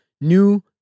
new